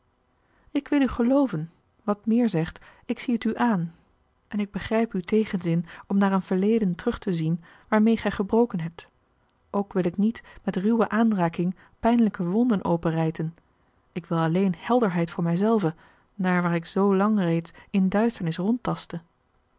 ik wil u gelooven wat meer zegt ik zie het u aan en ik begrijp uw tegenzin om naar een verleden terug te zien waarmeê gij gebroken hebt ook wil ik niet met ruwe aanraking pijnlijke wonden openrijten ik wil alleen helderheid voor mij zelve daar waar ik zoolang reeds in